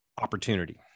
opportunity